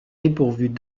dépourvues